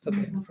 okay